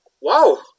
Wow